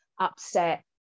upset